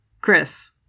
Chris